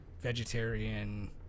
Vegetarian